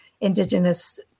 indigenous